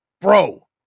bro